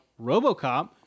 robocop